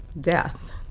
death